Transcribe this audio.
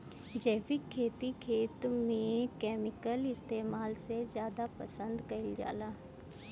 जैविक खेती खेत में केमिकल इस्तेमाल से ज्यादा पसंद कईल जाला